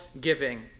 giving